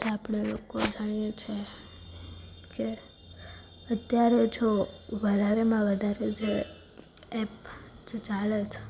જે આપણે લોકો જાણીએ છીએ કે અત્યારે જો વધારેમાં વધારે જે એપ જે ચાલે છે